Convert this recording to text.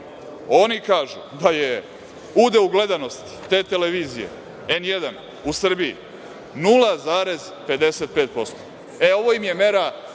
oni kažu da je udeo u gledanosti te televizije „N1“ u Srbiji, 0,55%. E, ovo im je mera